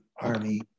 army